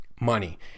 money